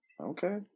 Okay